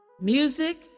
music